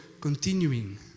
continuing